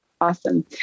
Awesome